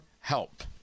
help